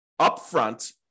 upfront